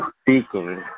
speaking